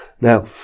Now